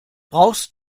brauchst